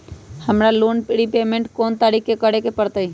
हमरा loan repayment कोन तारीख के करे के परतई?